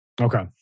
Okay